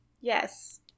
Yes